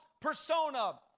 persona